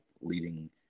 leading –